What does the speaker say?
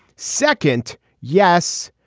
second yes.